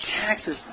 taxes